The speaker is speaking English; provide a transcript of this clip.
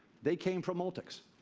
they came from multics.